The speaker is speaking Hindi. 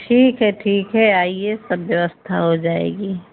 ठीक है ठीक है आइए सब व्यवस्था हो जाएगी